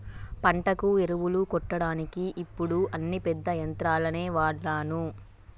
పంటకు ఎరువులు కొట్టడానికి ఇప్పుడు అన్ని పెద్ద యంత్రాలనే వాడ్తాన్లు